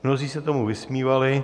Mnozí se tomu vysmívali.